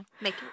Make